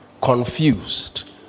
confused